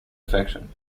affection